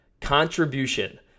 contribution